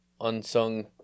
unsung